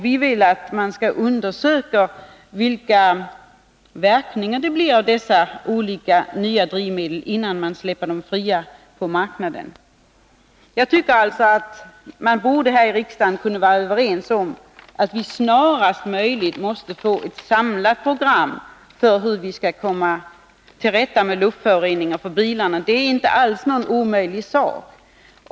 Vi vill att man skall undersöka vilka verkningar det blir av dessa olika nya drivmedel innan man släpper dem fria på marknaden. Jag tycker alltså att man här i riksdagen borde kunna vara överens om att vi snarast möjligt måste få ett samlat program för hur vi skall komma till rätta med luftföroreningarna från bilarna. Det är inte alls någon omöjlig sak.